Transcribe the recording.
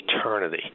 eternity